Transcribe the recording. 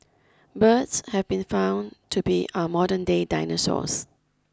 birds have been found to be our modernday dinosaurs